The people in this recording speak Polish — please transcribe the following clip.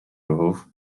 ruchów